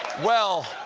well,